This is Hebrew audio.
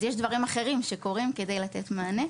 אז יש דברים אחרים שקורים כדי לתת מענה.